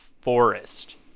forest